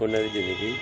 ਉਹਨਾਂ ਦੀ ਜ਼ਿੰਦਗੀ